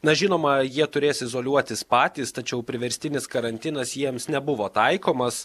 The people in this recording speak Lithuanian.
na žinoma jie turės izoliuotis patys tačiau priverstinis karantinas jiems nebuvo taikomas